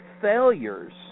failures